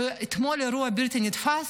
אתמול אירוע בלתי נתפס,